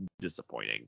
disappointing